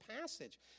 passage